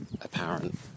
apparent